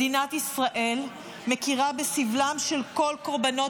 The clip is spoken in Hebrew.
מדינת ישראל מכירה בסבלם של כל קורבנות